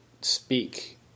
speak